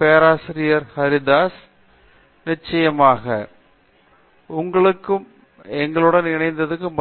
பேராசிரியர் பிரதாப் ஹரிதாஸ் நிச்சயமாக எங்களுக்கும்